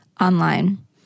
online